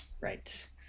Right